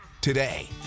today